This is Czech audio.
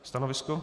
Stanovisko?